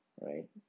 right